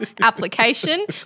application